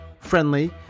friendly